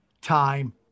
time